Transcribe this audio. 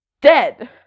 dead